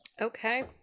Okay